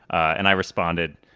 and i responded,